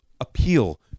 appeal